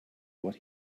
what